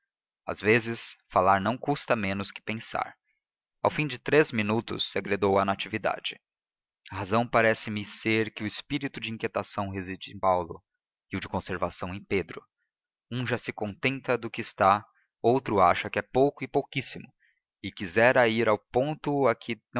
às vezes falar não custa menos que pensar ao fim de três minutos segredou a natividade a razão parece-me ser que o espírito de inquietação reside em paulo e o de conservação em pedro um já se contenta do que está outro acha que é pouco e pouquíssimo e quisera ir ao ponto